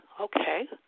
okay